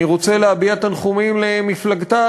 אני רוצה להביע תנחומים למפלגתה,